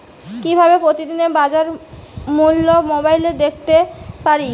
কিভাবে প্রতিদিনের বাজার মূল্য মোবাইলে দেখতে পারি?